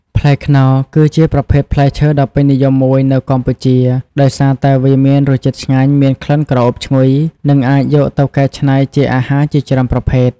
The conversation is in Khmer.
ផ្លែខ្នុរគឺជាប្រភេទផ្លែឈើដ៏ពេញនិយមមួយនៅកម្ពុជា ដោយសារតែវាមានរសជាតិឆ្ងាញ់ មានក្លិនក្រអូបឈ្ងុយ និងអាចយកទៅកែច្នៃជាអាហារជាច្រើនប្រភេទ។